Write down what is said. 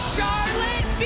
Charlotte